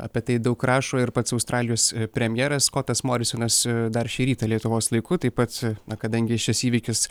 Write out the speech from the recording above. apie tai daug rašo ir pats australijos premjeras skotas morisonas dar šį rytą lietuvos laiku taip pat na kadangi šis įvykis